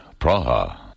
Praha